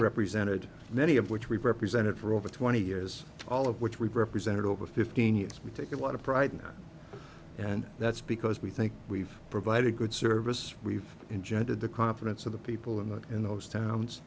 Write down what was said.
represented many of which we've represented for over twenty years all of which we've represented over fifteen years we take a lot of pride in that and that's because we think we've provided good service we've injected the confidence of the people in that in those towns